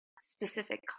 specific